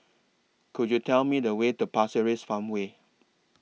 Could YOU Tell Me The Way to Pasir Ris Farmway